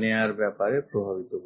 নেওয়ার ব্যাপারে প্রভাবিত করছে